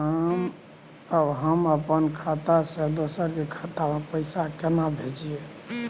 हम अपन खाता से दोसर के खाता में पैसा केना भेजिए?